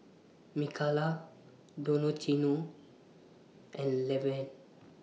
Mikala Donaciano and Levern